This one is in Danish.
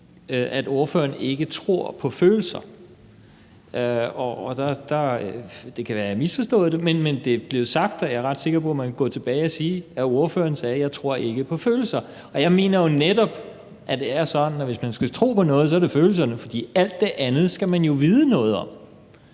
at ordføreren ikke tror på følelser. Det kan være, jeg har misforstået det, men det er blevet sagt, og jeg er ret sikker på, at man kan gå tilbage og se, at ordføreren sagde: Jeg tror ikke på følelser. Jeg mener jo netop, at det er sådan, at hvis man skal tro på noget, så er det følelserne, for alt det andet skal man jo vide noget om.